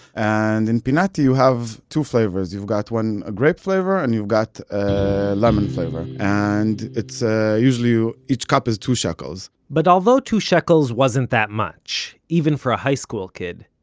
and in pinati you have two flavors you've got one a grape flavor and you've got ah lemon flavor. and it's ah usually, each cup is two shekels but although two shekels wasn't that much, even for a high school kid,